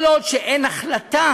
כל עוד אין החלטה